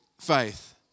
faith